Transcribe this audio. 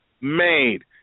made